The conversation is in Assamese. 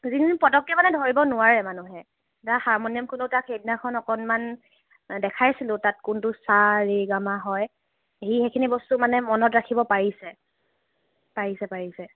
যিখিনি পতককৈ মানে ধৰিব নোৱাৰে মানুহে হাৰমনিয়ামখনো তাক সেইদিনাখন অকণমান দেখাইছিলোঁ তাত কোনটো সা ৰে গা মা হয় সি সেইখিনি বস্তু মানে মনত ৰাখিব পাৰিছে পাৰিছে পাৰিছে